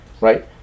right